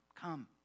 come